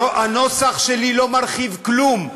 הנוסח שלי לא מרחיב כלום.